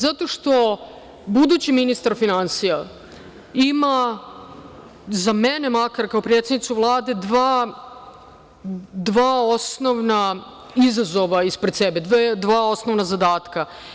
Zato što budući ministar finansija ima, za mene makar kao predsednicu Vlade, dva osnovna izazova ispred sebe, dva osnovna zadatka.